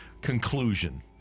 conclusion